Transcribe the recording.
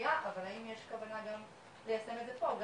הפשיעה אבל האם יש כוונה גם ליישם את זה פה?